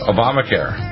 Obamacare